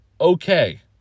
okay